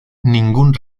ningún